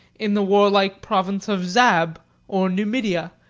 in the warlike province of zab or numidia,